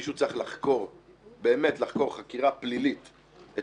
מישהו צריך לחקור חקירה פלילית את